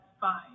fine